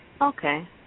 Okay